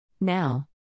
Now